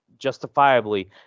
justifiably